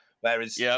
Whereas